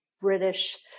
British